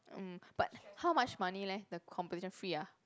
um but how much money leh the competition free ah